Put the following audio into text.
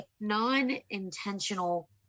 non-intentional